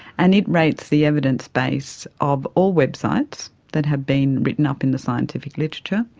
and it rates the evidence base of all websites that have been written up in the scientific literature.